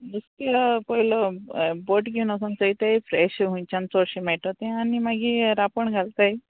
नुस्त्या पोयल बोट घेवन वोचोन चोयताय फ्रॅश हुंयच्यान चोडशें मेळटो तें आनी मागीर रांपोण घालताय